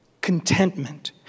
Contentment